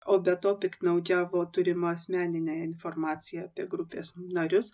o be to piktnaudžiavo turima asmenine informacija apie grupės narius